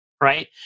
Right